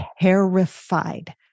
terrified